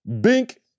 Bink